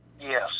Yes